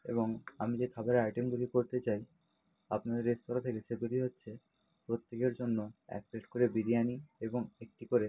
এবং আমি যে খাবারের আইটেমগুলি করতে চাই আপনাদের রেস্তোরাঁ থেকে সেগুলি হচ্ছে প্রত্যেকের জন্য এক প্লেট করে বিরিয়ানি এবং একটি করে